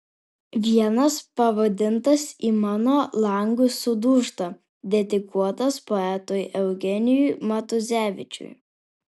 vienas pavadintas į mano langus sudūžta dedikuotas poetui eugenijui matuzevičiui